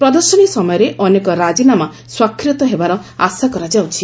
ପ୍ରଦର୍ଶନୀ ସମୟରେ ଅନେକ ରାଜିନାମା ସ୍ୱାକ୍ଷରିତ ହେବାର ଆଶା କରାଯାଉଛି